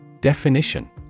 Definition